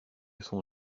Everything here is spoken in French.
son